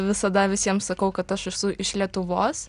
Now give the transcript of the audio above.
visada visiems sakau kad aš esu iš lietuvos